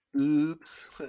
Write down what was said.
Oops